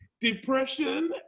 depression